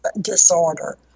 disorder